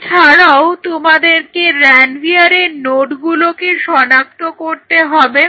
এছাড়াও তোমাদেরকে রানভিয়ারের নোডগুলোকে শনাক্ত করতে হবে